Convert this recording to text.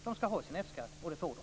De skall ha sin F-skatt, och det får de.